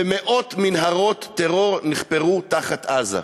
ומאות מנהרות טרור נחפרו תחת עזה.